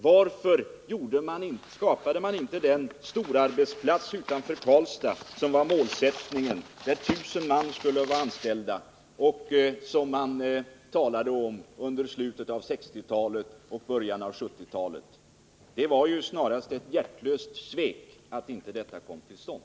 Varför skapade man inte den storarbetsplats utanför Karlstad som var målsättningen där 1 000 man skulle vara anställda, och som man talade om i slutet av 1960-talet och i början av 1970-talet? Det var snarast ett hjärtlöst svek att den inte kom till stånd.